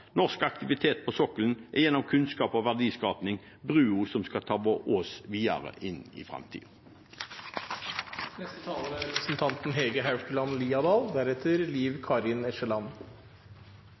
Norsk aktivitet på sokkelen er gjennom kunnskap og verdiskaping brua som skal ta oss videre inn i framtiden. La meg begynne med å si at jeg er